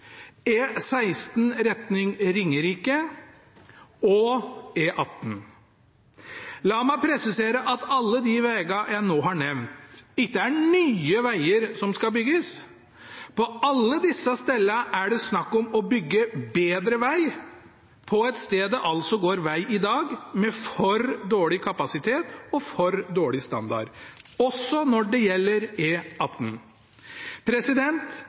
retning Ringerike og E18. La meg presisere at alle de vegene jeg nå har nevnt, ikke er nye veger som skal bygges. På alle disse stedene er det snakk om å bygge bedre veg der det i dag er veg med for dårlig kapasitet og for dårlig standard, også når det gjelder